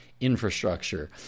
infrastructure